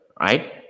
right